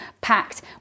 packed